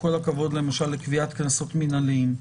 עם כל הכבוד למשל לקביעת קנסות מנהליים,